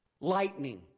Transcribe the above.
lightning